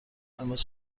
امروز